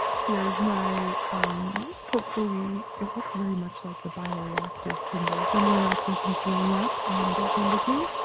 here's my um. hopefully, it looks very much like the bio reactive symbol. i'm gonna wrap this in saran wrap and guess number two.